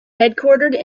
headquartered